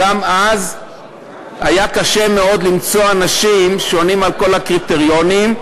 היה קשה מאוד למצוא אנשים שעונים על כל הקריטריונים.